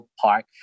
Park